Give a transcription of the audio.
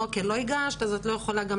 שמפעיל את שיקול הדעת הוא לא הגורם הנכון.